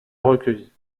recueillit